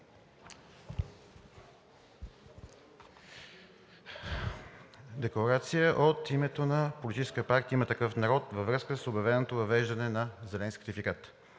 Декларация от името на Политическа партия „Има такъв народ“ във връзка с обявеното въвеждане на зелен сертификат.